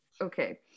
Okay